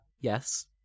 yes